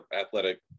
athletic